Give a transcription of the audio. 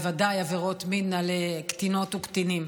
בוודאי עבירות מין על קטינות וקטינים.